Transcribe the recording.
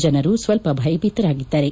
ಜನರು ಸ್ವಲ್ಪ ಭಯಭೀತರಾಗಿದ್ದಾರೆ